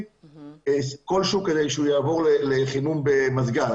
כלשהו כדי שהוא יעבור לחימום במזגן.